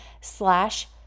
slash